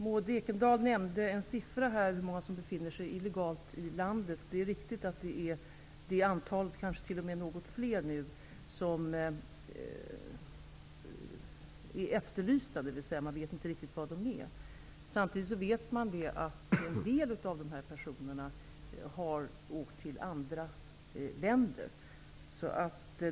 Maud Ekendahl nämnde en siffra över hur många personer som befinner sig i landet illegalt. Det är riktigt att det är det antalet och kanske t.o.m. några fler som är efterlysta, dvs. man vet inte riktigt var de är. Samtidigt vet man att en del av dessa personer har åkt till andra länder.